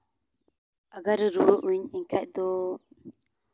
ᱟᱜᱟᱨ ᱨᱩᱣᱟᱹᱜ ᱟᱹᱧ ᱮᱱᱠᱷᱟᱡ ᱫᱚ